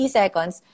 seconds